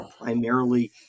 primarily